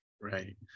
Right